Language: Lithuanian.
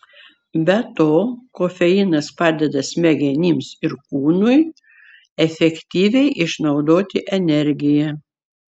be to kofeinas padeda smegenims ir kūnui efektyviai išnaudoti energiją